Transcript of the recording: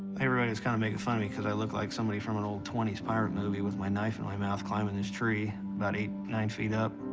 everybody was kind of making fun of me because i looked like somebody from an old twenty s pirate movie with my knife in my mouth climbing this tree about eight, nine feet up.